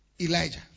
Elijah